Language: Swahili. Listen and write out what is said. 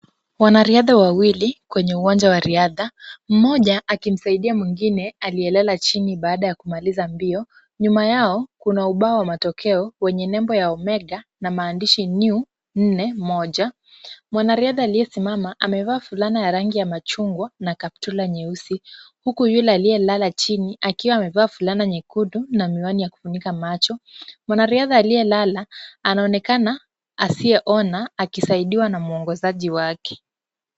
Wanariadha wawili kwenye uwanja wa riadha, mmoja akimsaidia mwingine aliyelala chini baada ya kumaliza mbio ,nyuma yao kuna ubao wa matokeo wenye nembo ya Omega na maandishi New 41, mwanariadha aliyesimama amevaa fulana ya rangi ya machungwa na kaptula nyeusi huku yule aliyelala chini akiwa amevaa fulana nyekundu na miwani ya kufunika macho yake ,mwanariadha aliyelala anaonekana asiyeona akisaidiwa na mwongozaji wake.